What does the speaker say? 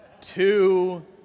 two